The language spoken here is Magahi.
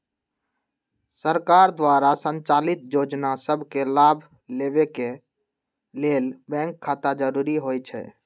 सरकार द्वारा संचालित जोजना सभके लाभ लेबेके के लेल बैंक खता जरूरी होइ छइ